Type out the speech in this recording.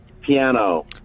Piano